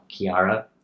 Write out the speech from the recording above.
Kiara